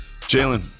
Jalen